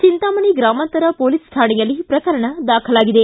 ಚಿಂತಾಮಣಿ ಗ್ರಾಮಾಂತರ ಪೊಲೀಸ್ ಠಾಣೆಯಲ್ಲಿ ಪ್ರಕರಣ ದಾಖಲಾಗಿದೆ